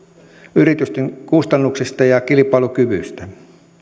yritysten kustannuksista ja kilpailukyvystä